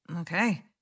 Okay